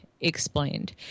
Explained